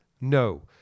No